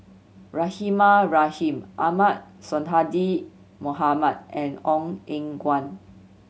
Rahimah Rahim Ahmad Sonhadji Mohamad and Ong Eng Guan